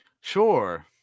Sure